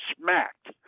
smacked